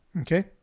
Okay